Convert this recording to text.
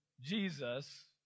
Jesus